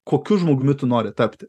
kokiu žmogumi tu nori tapti